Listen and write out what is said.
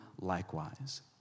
likewise